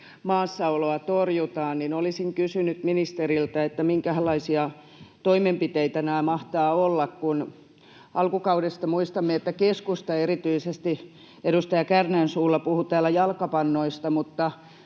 maassaoloa torjutaan”. Olisin kysynyt ministeriltä, minkähänlaisia toimenpiteitä nämä mahtavat olla. Alkukaudesta muistamme, että keskusta erityisesti edustaja Kärnän suulla puhui täällä jalkapannoista, mutta